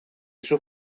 sus